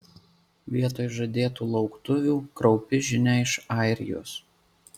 vietoj žadėtų lauktuvių kraupi žinia iš airijos